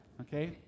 okay